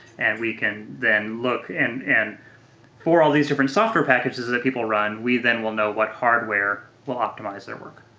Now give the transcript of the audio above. and we can then look and and for all these different software packages that people run, we then will know what hardware will optimize their work.